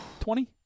Twenty